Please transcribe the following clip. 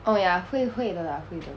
oh ya 会会的 lah 会的